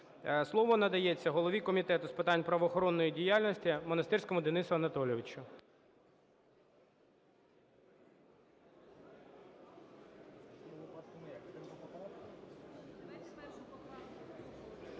Слово надається голові Комітету з питань правоохоронної діяльності Монастирському Денису Анатолійовичу.